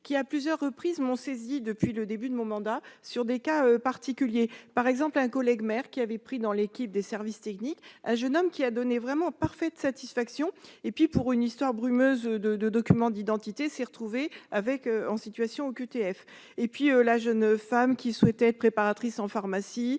qui à plusieurs reprises mon saisi depuis le début de mon mandat, sur des cas particuliers, par exemple, un collègue maire qui avait pris dans l'équipe des services techniques, un jeune homme qui a donné vraiment parfait de satisfaction et puis pour une histoire brumeuse de de documents d'identité s'est retrouvé avec en situation OQTF et puis la jeune femme qui souhaitait préparatrice en pharmacie